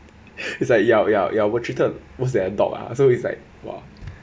it's like ya ya you were treated worse than a dog ah so it's like !wah!